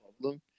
problem